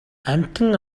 амьтан